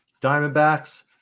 Diamondbacks